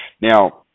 Now